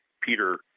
Peter